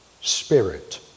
Spirit